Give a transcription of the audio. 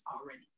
already